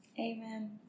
Amen